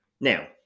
Now